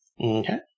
Okay